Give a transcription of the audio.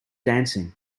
dancing